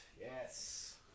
Yes